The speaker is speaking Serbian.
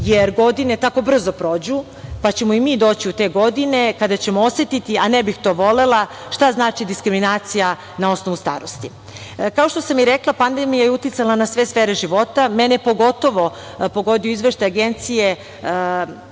jer godine tako brzo prođu, pa ćemo i mi doći u te godine kada ćemo osetiti, a ne bih to volela, šta znači diskriminacija na osnovu starosti. Kao što sam i rekla, pandemija je uticala na sve sfere života. Mene je pogotovo pogodio Izveštaj Agencije